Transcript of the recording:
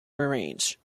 arrange